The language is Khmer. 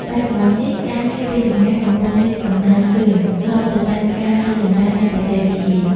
បច្ចុប្បន្ននេះ ការងារពីចម្ងាយកំពុងមាន កំណើនលឿន ស្របទៅតាមការរីកចម្រើននៃបច្ចេកវិទ្យា។